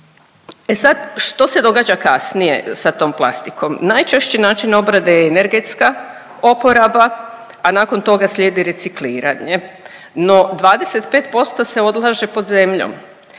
E sad, što se događa kasnije sa tom plastikom? Najčešći način obrade je energetska oporaba, a nakon toga slijedi recikliranje. No, 25% se odlaže pod zemljom.